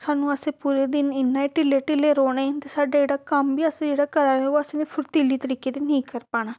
सानूं असें पूरे दिन इ'यां ढिल्ले ढिल्ले रौह्ने ते साढ़ा जेह्ड़ा कम्म बी अस जेह्ड़ा करा दे ओह् असें फुर्तीली तरीके दे नेईं करी पाना